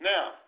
Now